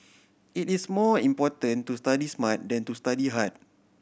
it is more important to study smart than to study hard